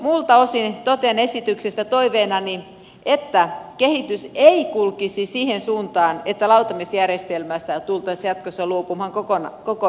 muilta osin totean esityksestä toiveenani että kehitys ei kulkisi siihen suuntaan että lautamiesjärjestelmästä tultaisiin jatkossa luopumaan kokonaan